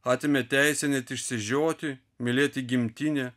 atėmė teisę net išsižioti mylėti gimtinę